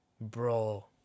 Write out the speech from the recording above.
Bro